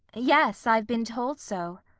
yes i've been told so.